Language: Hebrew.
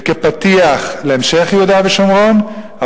וכפתיח להמשך ביהודה ושומרון.